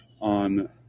on